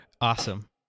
Awesome